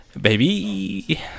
Baby